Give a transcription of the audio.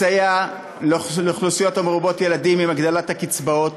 מסייע לאוכלוסיות מרובות ילדים, עם הגדלת הקצבאות,